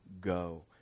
go